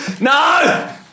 No